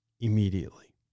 immediately